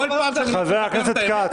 כל פעם שמישהו אחר אומר את האמת,